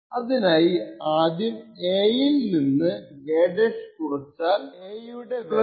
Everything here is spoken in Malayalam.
അതിനായി ആദ്യം a ൽ നിന്ന് a കുറച്ചാൽ 4 കിട്ടും